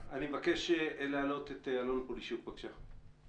אלון פולישוק, בבקשה.